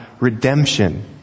redemption